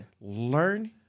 Learn